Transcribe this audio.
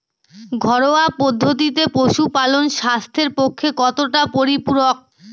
ঘরোয়া পদ্ধতিতে পশুপালন স্বাস্থ্যের পক্ষে কতটা পরিপূরক?